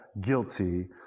guilty